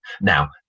Now